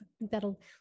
That'll